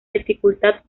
dificultad